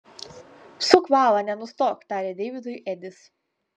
suk valą nenustok tarė deividui edis